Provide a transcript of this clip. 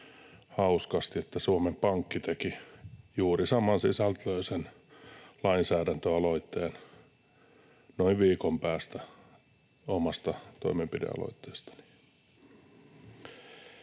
hauskasti, että Suomen Pankki teki juuri saman sisältöisen lainsäädäntöaloitteen noin viikon päästä omasta toimenpidealoitteestani.